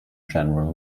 general